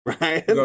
Right